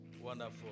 wonderful